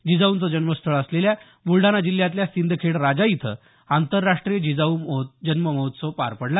जिजाऊंचं जन्मस्थळ असलेल्या ब्लडाणा जिल्ह्यातल्या सिंदखेड राजा इथं आंतरराष्ट्रीय जिजाऊ जन्ममहोत्सव पार पडला